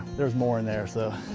there's more in there, so.